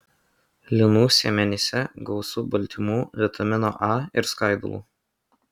linų sėmenyse gausu baltymų vitamino a ir skaidulų